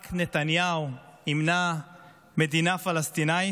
רק נתניהו ימנע מדינה פלסטינית,